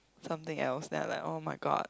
something else then I'm like [oh]-my-god